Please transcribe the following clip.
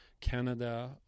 Canada